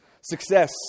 Success